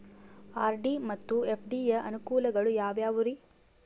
RD ಮತ್ತು FD ಯ ಅನುಕೂಲಗಳು ಯಾವ್ಯಾವುರಿ?